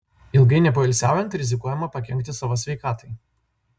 ilgai nepoilsiaujant rizikuojama pakenkti savo sveikatai